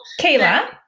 Kayla